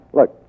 Look